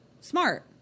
Smart